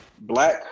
black